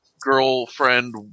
girlfriend